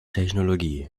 technologie